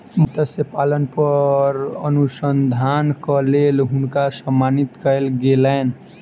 मत्स्य पालन पर अनुसंधानक लेल हुनका सम्मानित कयल गेलैन